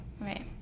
Right